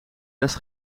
rest